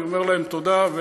אני אומר להם תודה.